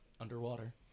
Underwater